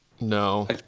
no